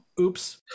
oops